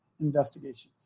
investigations